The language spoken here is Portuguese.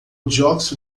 dióxido